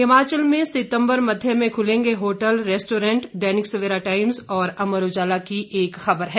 हिमाचल में सितंबर मध्य में खूलेंगे hotel restaurant Dainik Savera Times और अमर उजाला की एक खबर है